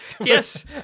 Yes